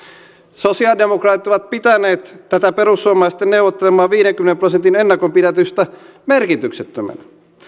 sosiaalidemokraatit ovat pitäneet tätä perussuomalaisten neuvottelemaa viidenkymmenen prosentin ennakonpidätystä merkityksettömänä